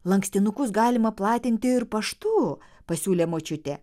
lankstinukus galima platinti ir paštu pasiūlė močiutė